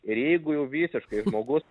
ir jeigu jau visiškai žmogus